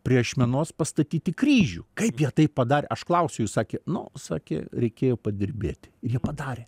prie ašmenos pastatyti kryžių kaip jie tai padarė aš klausiu jų sakė nu sakė reikėjo padirbėti ir jie padarė